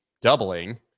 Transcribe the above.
doubling